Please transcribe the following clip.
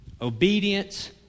obedience